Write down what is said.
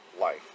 life